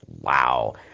wow